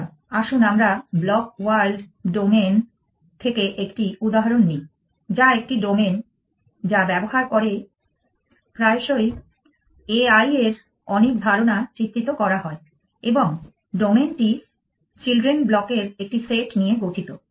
সুতরাং আসুন আমরা ব্লক ওয়ার্ল্ড ডোমেন থেকে একটি উদাহরণ নিই যা একটি ডোমেন যা ব্যবহার করে প্রায়শই AI এর অনেক ধারণা চিত্রিত করা হয় এবং ডোমেনটি চিলড্রেন ব্লকের একটি সেট নিয়ে গঠিত